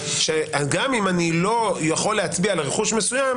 שגם אם אינני יכול להצביע על רכוש מסוים,